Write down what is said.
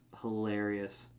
hilarious